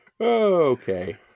Okay